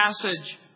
passage